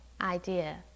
idea